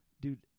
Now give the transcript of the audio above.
dude